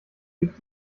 gibt